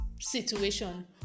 situation